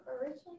originally